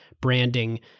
branding